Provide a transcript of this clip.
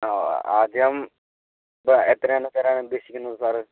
ആ ആദ്യം ഇത് എത്രയാണ് തരാനുദ്ദേശിക്കുന്നത് സാറ്